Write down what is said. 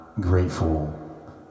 grateful